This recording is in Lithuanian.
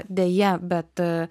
deja bet